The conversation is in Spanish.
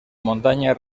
montaña